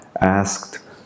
asked